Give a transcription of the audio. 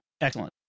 excellent